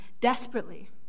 desperately